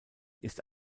ist